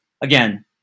again